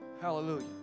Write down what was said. hallelujah